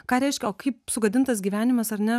ką reiškia o kaip sugadintas gyvenimas ar ne